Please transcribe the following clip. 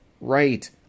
right